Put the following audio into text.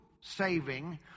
saving